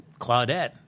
Claudette